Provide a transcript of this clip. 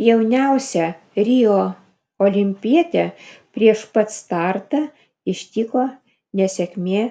jauniausią rio olimpietę prieš pat startą ištiko nesėkmė